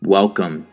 welcome